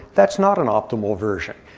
that's not an optimal version.